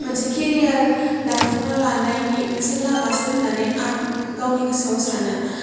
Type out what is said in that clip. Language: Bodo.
मोनसे केरियार दाफुंना लानायनि मोनसे लामासो होन्नानै आं गावनि गोसोआव सानो